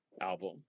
album